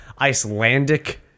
Icelandic